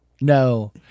No